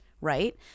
right